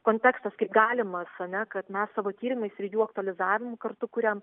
kontekstas kaip galimas ar ne kad mes savo tyrimais ir jų aktualizavimu kartu kuriam